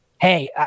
hey